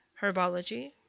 Herbology